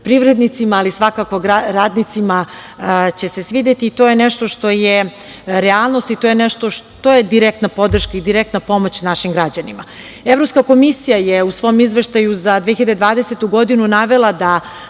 privrednicima, ali svakako radnicima će se svideti, i to je nešto što je realnost i to je direktna podrška, direktna pomoć našim građanima. Evropska komisija je u svom Izveštaju za 2020. godinu navela da